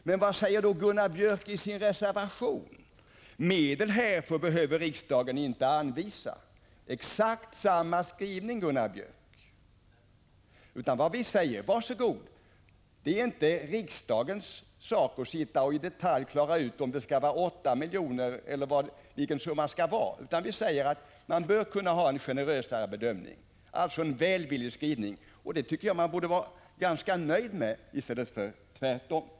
Men vad säger då Gunnar Björk i sin reservation? Jo, ”Medel härför behöver riksdagen inte anvisa.” Det är exakt samma skrivning, Gunnar Björk. Vi säger, var så god, det är inte riksdagens sak att i detalj klara ut om det skall vara 8 miljoner eller vilken summa som skall gälla. Vi säger att man bör kunna ha en generösare bedömning. Det är alltså en välvillig skrivning, och det tycker jag Gunnar Björk borde vara nöjd med i stället för tvärtom. Prot.